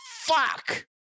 Fuck